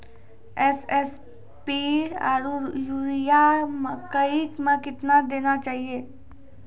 SSP आरु urea मकई मे कितना देना चाहिए?